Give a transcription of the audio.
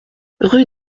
rue